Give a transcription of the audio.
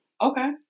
Okay